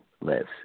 lives